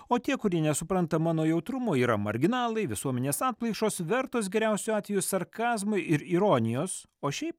o tie kurie nesupranta mano jautrumo yra marginalai visuomenės atplaišos vertos geriausiu atveju sarkazmo ir ironijos o šiaip